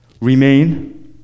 Remain